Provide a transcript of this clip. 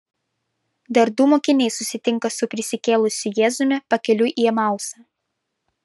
dar du mokiniai susitinka su prisikėlusiu jėzumi pakeliui į emausą